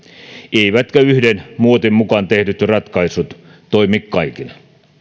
eivätkä yhden muotin mukaan tehdyt ratkaisut toimi kaikille